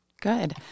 Good